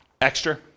extra